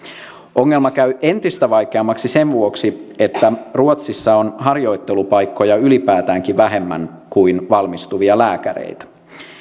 ongelma käy entistä vaikeammaksi sen vuoksi että ruotsissa on harjoittelupaikkoja ylipäätäänkin vähemmän kuin valmistuvia lääkäreitä